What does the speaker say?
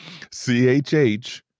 CHH